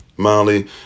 Molly